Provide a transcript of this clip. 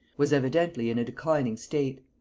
was evidently in a declining state.